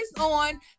on